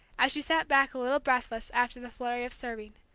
as she sat back a little breathless, after the flurry of serving.